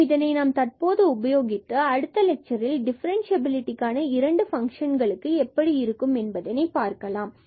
மற்றும் இதனை நாம் தற்பொழுது உபயோகித்து அடுத்த லெட்சரில் டிஃபரண்சியாபிலிடி இரண்டு பங்க்ஷன்களுக்கு எப்படி இருக்கும் என்பதைப் பார்க்கலாம்